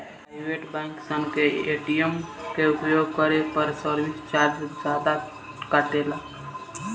private bank सन के ATM के उपयोग करे पर सर्विस चार्ज जादा कटेला